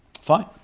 Fine